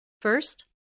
First